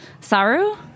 saru